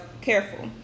careful